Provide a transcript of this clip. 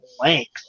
length